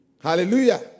Hallelujah